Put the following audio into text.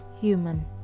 human